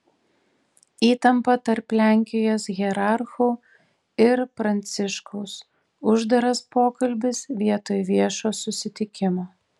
įtampa tarp lenkijos hierarchų ir pranciškaus uždaras pokalbis vietoj viešo susitikimo